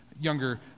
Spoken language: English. younger